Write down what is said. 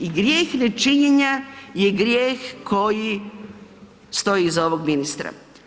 I grijeh nečinjenja je grijeh koji stoji iza ovog ministra.